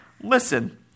Listen